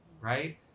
right